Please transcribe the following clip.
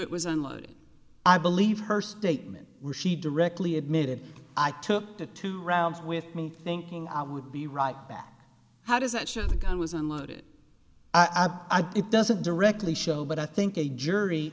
it was unloaded i believe her statement was she directly admitted i took the two rounds with me thinking i would be right that how does that show the gun was unloaded i do it doesn't directly show but i think a jury